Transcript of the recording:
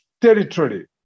territory